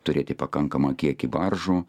turėti pakankamą kiekį baržų